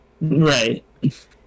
right